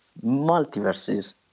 multiverses